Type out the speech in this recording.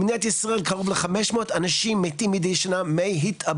במדינת ישראל קרוב ל- 500 אנשים מתים מידי שנה מהתאבדות,